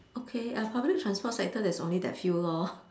okay uh public transport sector there's only that few lor